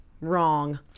wrong